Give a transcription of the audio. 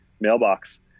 mailbox